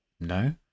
no